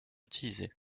utilisé